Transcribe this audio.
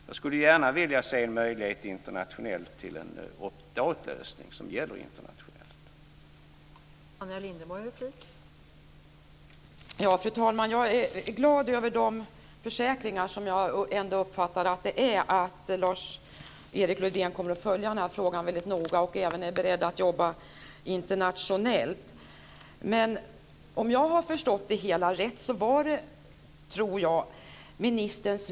Jag skulle gärna vilja se en möjlighet till en opt-out-lösning som gäller internationellt.